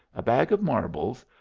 a bag of marbles,